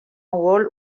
wall